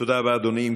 תודה רבה, אדוני.